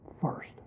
First